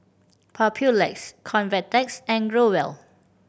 Papulex Convatec and Growell